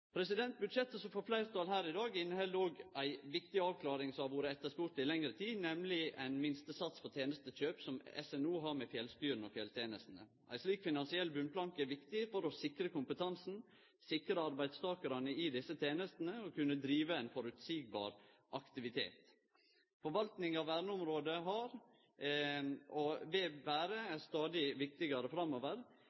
energipolitikken. Budsjettet som får fleirtal her i dag, inneheld òg ei viktig avklaring som har vore etterspurd i lengre tid, nemleg ein minstesats for tenestekjøp som SNO har med fjellstyra og fjelltenesta. Ein slik finansiell planke i botn er viktig for å sikre kompetansen, sikre arbeidstakarane i desse tenestene og for å kunne drive ein føreseieleg aktivitet. Forvalting av